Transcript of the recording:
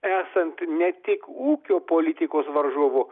esant ne tik ūkio politikos varžovu